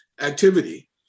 activity